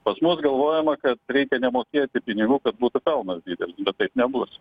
pas mus galvojama kad reikia nemokėti pinigų kad būtų pelnas didelis bet taip nebus